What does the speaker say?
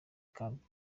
camp